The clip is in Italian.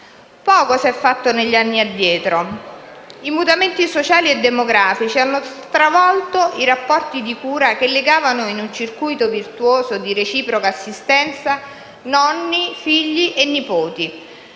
Poco se n'è fatto negli anni addietro. I mutamenti sociali e demografici hanno stravolto i rapporti di cura che legavano, in un circuito virtuoso di reciproca assistenza, nonni, figli e nipoti.